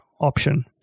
option